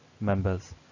Members